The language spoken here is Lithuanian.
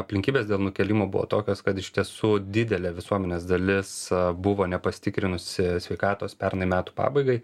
aplinkybės dėl nukėlimo buvo tokios kad iš tiesų didelė visuomenės dalis buvo nepasitikrinusi sveikatos pernai metų pabaigai